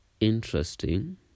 interesting